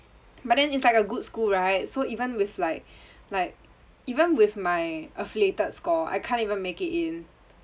but then it's like a good school right so even with like like even with my affiliated score I can't even make it in